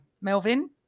Melvin